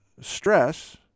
stress